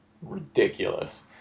Ridiculous